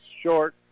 short